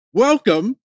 Welcome